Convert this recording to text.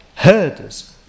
Herders